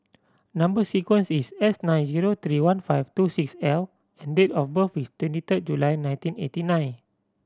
number sequence is S nine zero three one five two six L and date of birth is twenty third July nineteen eighty nine